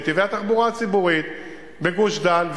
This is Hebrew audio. נתיבי התחבורה הציבורית בגוש-דן,